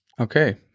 okay